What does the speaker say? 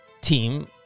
team